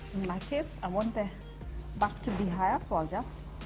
my case i want their back to be higher so and just